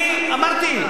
זה קנס.